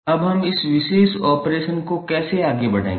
अब हम इस विशेष ऑपरेशन को कैसे आगे बढ़ाएंगे